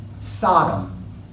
Sodom